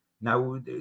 now